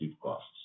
costs